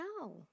No